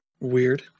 Weird